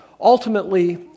Ultimately